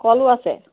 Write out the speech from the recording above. কলো আছে